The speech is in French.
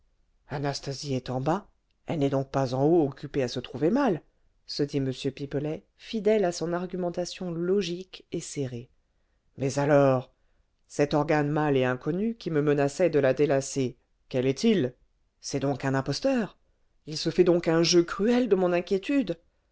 anastasie est en bas elle n'est donc pas en haut occupée à se trouver mal se dit m pipelet fidèle à son argumentation logique et serrée mais alors cet organe mâle et inconnu qui me menaçait de la délacer quel est-il c'est donc un imposteur il se fait donc un jeu cruel de mon inquiétude